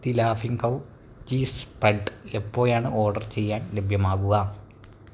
the ലാഫിങ് Cow cheese spread എപ്പോഴാണ് order ചെയ്യാൻ ലഭ്യമാകുക